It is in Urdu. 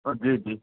اور جی جی